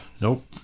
Nope